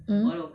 mm